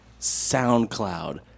SoundCloud